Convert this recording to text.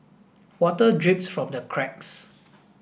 water drips from the cracks